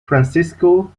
francisco